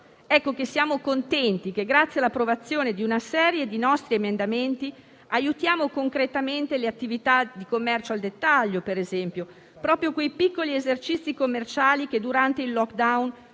Siamo contenti che, grazie all'approvazione di una serie di nostri emendamenti, aiutiamo concretamente le attività di commercio al dettaglio, per esempio, proprio quei piccoli esercizi commerciali che durante il *lockdown*